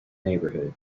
neighborhood